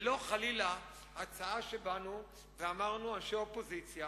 ולא חלילה ההצעה, שבאנו ואמרנו, אנשי האופוזיציה